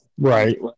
Right